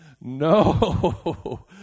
No